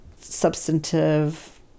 substantive